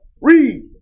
read